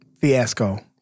fiasco